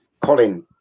Colin